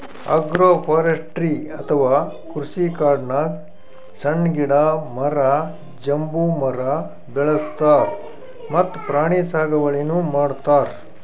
agroforestry ಅಥವಾ ಕೃಷಿಕಾಡ್ನಾಗ್ ಸಣ್ಣ್ ಗಿಡ, ಮರ, ಬಂಬೂ ಮರ ಬೆಳಸ್ತಾರ್ ಮತ್ತ್ ಪ್ರಾಣಿ ಸಾಗುವಳಿನೂ ಮಾಡ್ತಾರ್